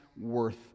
worth